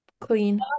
clean